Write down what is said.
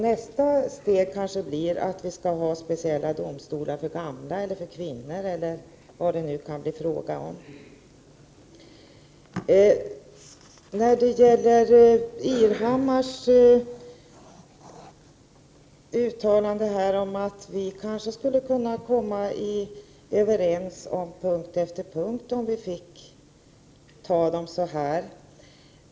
Nästa steg kanske blir att vi skall ha speciella domstolar för gamla eller för kvinnor osv. Ingbritt Irhammar uttalade att vi skall försöka komma överens punkt för punkt.